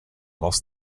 lost